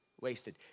wasted